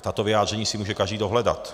Tato vyjádření si může každý dohledat.